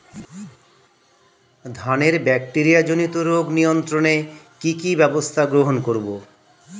ধানের ব্যাকটেরিয়া জনিত রোগ নিয়ন্ত্রণে কি কি ব্যবস্থা গ্রহণ করব?